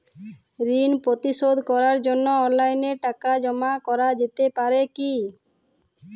ঋন পরিশোধ করার জন্য অনলাইন টাকা জমা করা যেতে পারে কি?